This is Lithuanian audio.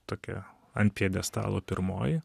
tokia ant pjedestalo pirmoji